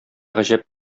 гаҗәп